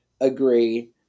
agree